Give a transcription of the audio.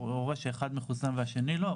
הורה שאחד מחוסן והשני לא,